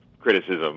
criticism